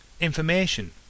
information